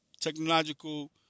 technological